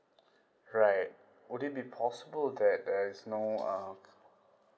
right would it be possible that there's no uh